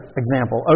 example